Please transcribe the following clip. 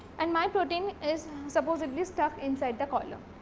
and my protein is suppose it is stuck inside the column.